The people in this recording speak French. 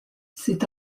c’est